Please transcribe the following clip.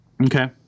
Okay